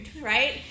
right